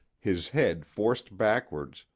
his head forced backward,